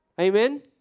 Amen